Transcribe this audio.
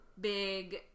big